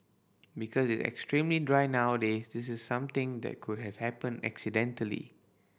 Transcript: because it's extremely dry nowadays this is something that could have happened accidentally